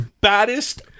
baddest